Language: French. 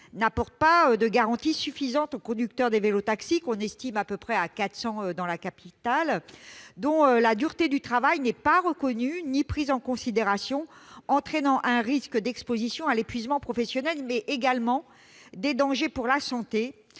n'apporte pas de garanties suffisantes aux conducteurs des vélos-taxis, dont le nombre est estimé à quatre cents dans la capitale et dont la dureté du travail n'est ni reconnue ni prise en considération, entraînant un risque d'exposition à l'épuisement professionnel, mais également des dangers pour la santé,